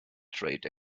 trade